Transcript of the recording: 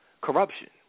corruption